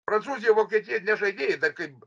prancūzija vokietija ne žaidėjai bet kaip